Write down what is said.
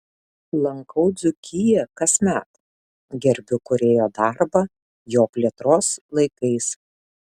lankau dzūkiją kasmet gerbiu kūrėjo darbą jo plėtros laikais